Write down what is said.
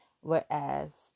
whereas